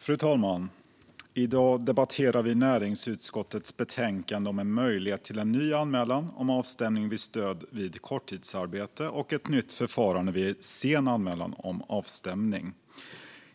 Fru talman! I dag debatterar vi näringsutskottets betänkande om en möjlighet till ny anmälan om avstämning av stöd vid korttidsarbete och ett nytt förfarande vid sen anmälan om avstämning.